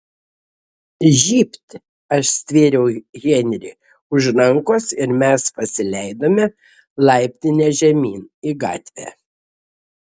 žybt aš stvėriau henrį už rankos ir mes pasileidome laiptine žemyn į gatvę